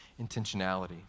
intentionality